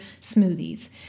smoothies